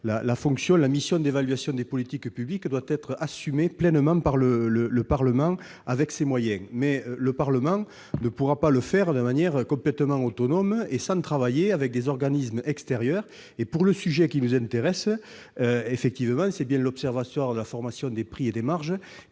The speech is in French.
la mission d'évaluation des politiques publiques doit être assumée pleinement par le Parlement, avec ses moyens. Reste que le Parlement ne pourra pas l'exercer de manière complètement autonome, sans travailler avec des organismes extérieurs. S'agissant du sujet qui nous intéresse, c'est bien l'Observatoire de la formation des prix et des marges